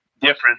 different